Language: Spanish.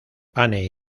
anne